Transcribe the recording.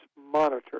monitor